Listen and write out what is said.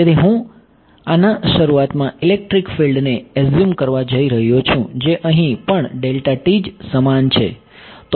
તેથી હું ના શરૂઆતમાં ઇલેક્ટ્રિક ફિલ્ડને એઝયુમ કરવા જઈ રહ્યો છું જે અહી પણ જ સમાન છે